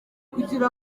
kugira